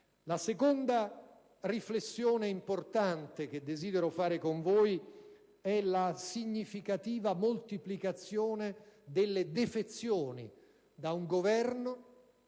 La seconda riflessione importante che desidero fare con voi è la significativa moltiplicazione delle defezioni da un Governo